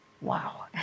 Wow